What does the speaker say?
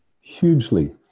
Hugely